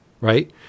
Right